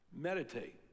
meditate